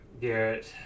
Garrett